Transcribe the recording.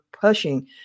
pushing